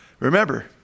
Remember